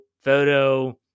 photo